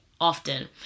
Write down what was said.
often